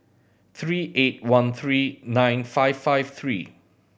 three eight one three nine five five three